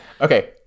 Okay